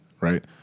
Right